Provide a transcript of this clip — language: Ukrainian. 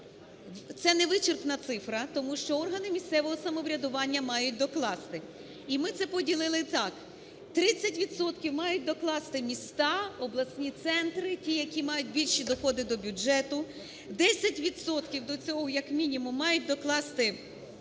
це невичерпна цифра, тому що органи місцевого самоврядування мають докласти. І ми це поділили так: 30 відсотків мають докласти міста, обласні центри, ті, які мають більші доходи до бюджету; 10 відсотків до цього, як мінімум, мають докласти